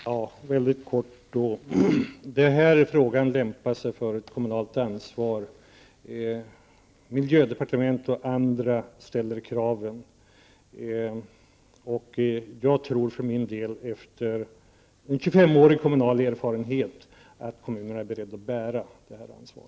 Fru talman! Mycket kort. Den här frågan lämpar sig för ett kommunalt ansvar. Miljödepartement och andra ställer kraven. Efter en tjugofemårig kommunal erfarenhet, tror jag att kommunerna är beredda att bära detta ansvar.